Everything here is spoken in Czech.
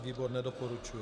Výbor nedoporučuje.